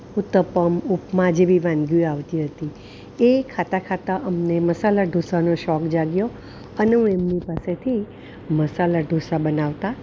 ઉતપમ ઉપમા જેવી વાનગીઓ આવતી હતી એ ખાતા ખાતા અમને મસાલા ઢોસાનો શોખ જાગ્યો અને એમની પાસેથી મસાલા ઢોસા બનાવતા